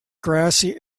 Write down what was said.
grassy